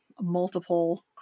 multiple